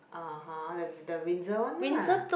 (uh huh) the the Windsor one ah